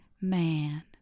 man